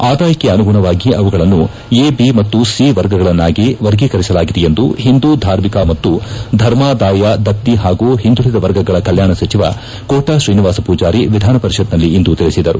ಆದಾಯಕ್ಷಿ ಅನುಗುಣವಾಗಿ ಅವುಗಳನ್ನು ಎಬಿ ಮತ್ತು ಸಿ ವರ್ಗಗಳನ್ನಾಗಿ ವರ್ಗೀಕರಿಸಲಾಗಿದೆ ಎಂದು ಹಿಂದೂ ಧಾರ್ಮಿಕ ಮತ್ತು ಧರ್ಮಾದಾಯ ದತ್ತಿ ಹಾಗೂ ಹಿಂದುಳದ ವರ್ಗಗಳ ಕಲ್ಲಾಣ ಸಚಿವ ಕೋಟಾ ಶ್ರೀನಿವಾಸ ಪೂಜಾರಿ ವಿಧಾನ ಪರಿಷತ್ನಲ್ಲಿಂದು ತಿಳಿಸಿದರು